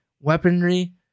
weaponry